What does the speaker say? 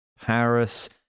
Paris